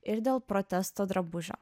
ir dėl protesto drabužio